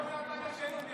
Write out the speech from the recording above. הוא לא מהצד השני.